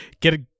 get